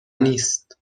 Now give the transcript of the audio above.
نیست